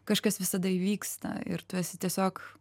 kažkas visada įvyksta ir tu esi tiesiog